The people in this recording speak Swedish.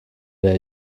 där